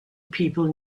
people